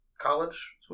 college